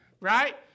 right